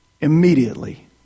immediately